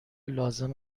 لازم